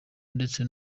ndetse